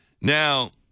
Now